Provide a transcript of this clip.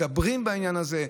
מדברים בעניין הזה.